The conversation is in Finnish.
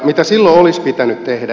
mitä silloin olisi pitänyt tehdä